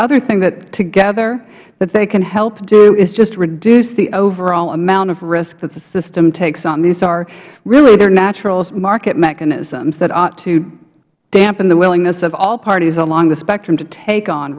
other thing that together that they can help do is just reduce the overall amount of risk that the system takes on these are really the natural market mechanisms that ought to dampen the willingness of all parties along the spectrum to take on